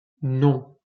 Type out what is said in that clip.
non